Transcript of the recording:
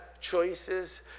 choices